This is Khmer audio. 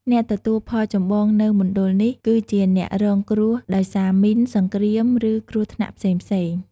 អ្នកទទួលផលចម្បងនៅមណ្ឌលនេះគឺជាអ្នករងគ្រោះដោយសារមីន សង្គ្រាម ឬ គ្រោះថ្នាក់ផ្សេងៗ។